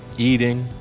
eating,